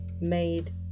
made